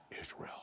Israel